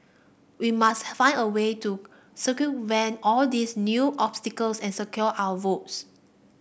we must find a way to circumvent all these new obstacles and secure our votes